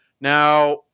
now